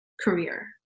career